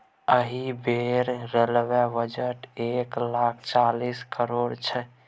एहि बेर railway budget एक लाख चालीस करोड़क छै